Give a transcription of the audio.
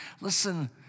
listen